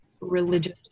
religious